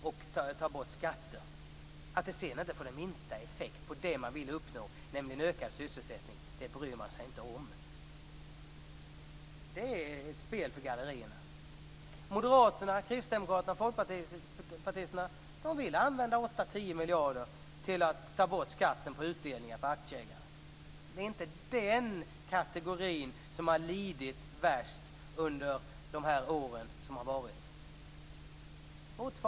Man bryr sig sedan inte om att det inte blir den minsta effekt på det man vill uppnå, nämligen ökad sysselsättning. Det är ett spel för gallerierna. Moderaterna, Kristdemokraterna och Folkpartiet vill använda 8-10 miljarder till att ta bort skatten på utdelningen för aktieägare. Det är inte den kategorin som har lidit värst under de år som varit.